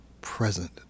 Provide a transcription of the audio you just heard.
present